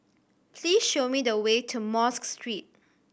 please show me the way to Mosque Street